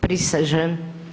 Prisežem.